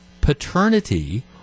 paternity